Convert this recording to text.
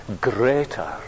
greater